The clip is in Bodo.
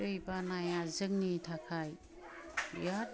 दै बानाया जोंनि थाखाय बिरात